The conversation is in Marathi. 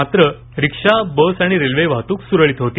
मात्र रिक्षा बस आणि रेल्वे वाहतूक सुरळीत होती